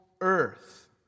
earth